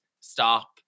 stop